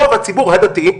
רוב הציבור הדתי,